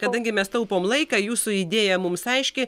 kadangi mes taupom laiką jūsų idėja mums aiški